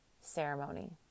ceremony